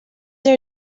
are